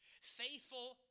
Faithful